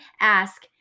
Ask